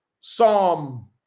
Psalm